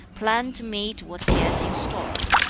plan to meet what's yet in store.